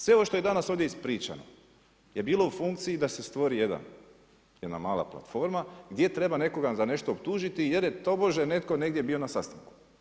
Sve ovo što je danas ovdje ispričano je bilo u funkciji da stvori jedna mala platforma gdje treba nekoga za nešto optužiti jer je tobože netko negdje bio na sastanku.